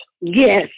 Yes